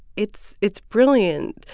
it's it's brilliant,